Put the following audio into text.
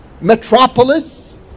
metropolis